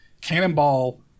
Cannonball